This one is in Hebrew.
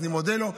אז אני מודה לו.